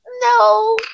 No